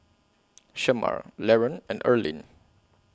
Shemar Laron and Erlene